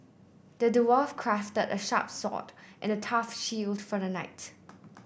the dwarf crafted a sharp sword and a tough shield for the knight